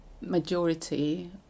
majority